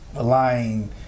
lying